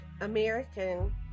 American